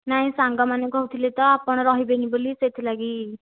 ନାଇଁ ସାଙ୍ଗମାନେ କହୁଥିଲେ ତ ଆପଣ ରହିବେନି ବୋଲି ସେଥିଲାଗି